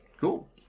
cool